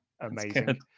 amazing